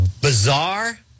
bizarre